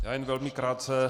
Já jen velmi krátce.